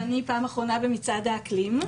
פעם אחרונה במצעד האקלים.